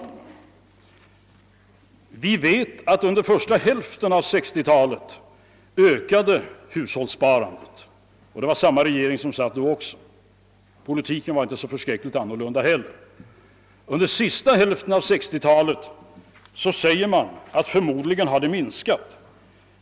De vet att hushållssparandet ökade under första hälften av 1960-talet — det var samma regering som satt då, och politiken såg knappast annorlunda ut. De säger att hushållssparandet under senare hälften av 1960-talet förmodligen har minskat.